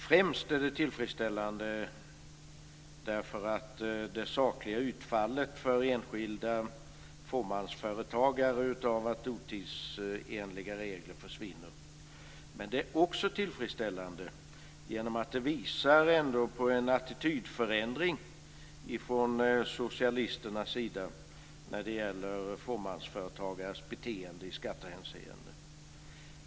Främst är det det sakliga utfallet för enskilda fåmansföretagare av att otidsenliga regler försvinner som är tillfredsställande. Men det är också tillfredsställande genom att det visar på en attitydförändring från socialisternas sida när det gäller fåmansföretagares beteende i skattehänseende.